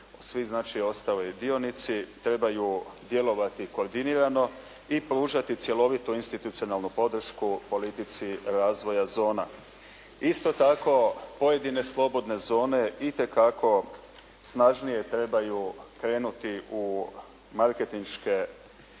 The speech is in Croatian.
svi dakle ostali dionici trebaju djelovati koordinirano i pružati cjelovitu institucionalnu podršku politici razvoja zona. Isto tako pojedine slobodne zone itekako snažnije trebaju krenuti u marketinške